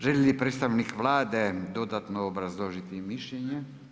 Želi li predstavnik Vlade dodatno obrazložiti mišljenje?